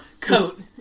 coat